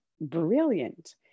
brilliant